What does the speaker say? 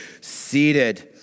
seated